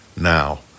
now